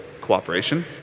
cooperation